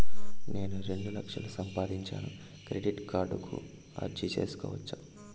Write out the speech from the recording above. నేను రెండు లక్షలు సంపాదిస్తాను, క్రెడిట్ కార్డుకు అర్జీ సేసుకోవచ్చా?